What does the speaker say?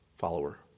follower